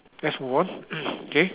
let's move on okay